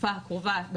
בתקופה הקרובה,